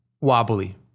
wobbly